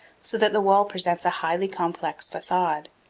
so that the wall presents a highly complex facade.